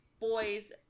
boys